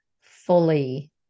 fully